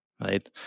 right